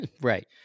Right